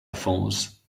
phones